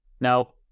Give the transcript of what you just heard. Now